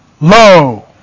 low